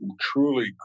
truly